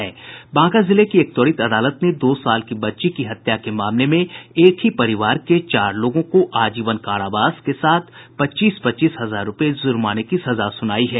बांका जिले की एक त्वरित अदालत ने दो साल की बच्ची की हत्या के मामले में एक ही परिवार के चार लोगों को आजीवन कारावास के साथ पच्चीस पच्चीस हजार रुपये जुर्माने की सजा सुनाई है